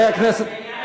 אני דיברתי על ועדה.